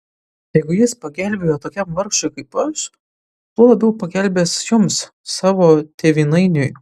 jeigu jis pagelbėjo tokiam vargšui kaip aš tuo labiau pagelbės jums savo tėvynainiui